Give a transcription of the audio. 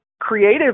creative